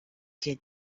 did